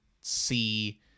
see